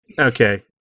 Okay